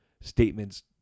statements